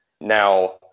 Now